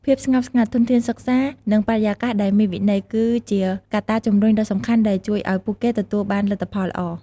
ភាពស្ងប់ស្ងាត់ ធនធានសិក្សា និងបរិយាកាសដែលមានវិន័យ គឺជាកត្តាជំរុញដ៏សំខាន់ដែលជួយឲ្យពួកគេទទួលបានលទ្ធផលល្អ។